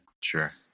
Sure